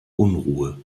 unruhe